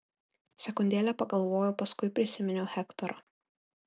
sekundėlę pagalvojau paskui prisiminiau hektorą